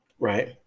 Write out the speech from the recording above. Right